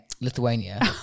Lithuania